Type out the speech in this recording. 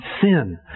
sin